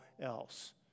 else